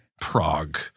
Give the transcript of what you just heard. Prague